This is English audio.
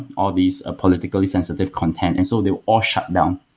all these ah politically sensitive content, and so they were all shut down.